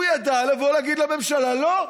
הוא ידע לבוא ולהגיד לממשלה: לא,